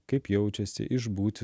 kaip jaučiasi išbūti